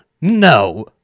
no